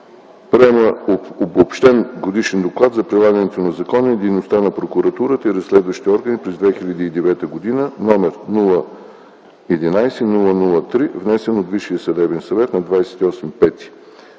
Приема Обобщен годишен доклад за прилагането на закона и дейността на прокуратурата и разследващите органи през 2009 г., № 011-00-3, внесен от Висшия